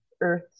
earth